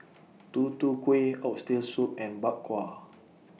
Tutu Kueh Oxtail Soup and Bak Kwa